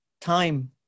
time